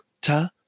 ta